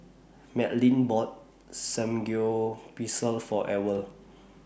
Madlyn bought Samgyeopsal For Ewell